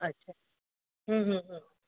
अच्छा हूं हूं